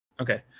Okay